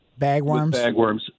Bagworms